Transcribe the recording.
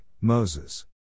Moses